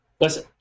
Listen